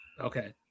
okay